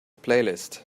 playlist